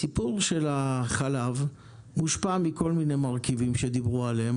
הסיפור של החלב מושפע מכל מיני מרכיבים שדיברו עליהם,